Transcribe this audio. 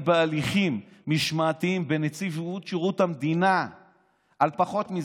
בהליכים משמעתיים בנציבות שירות המדינה על פחות מזה,